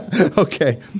Okay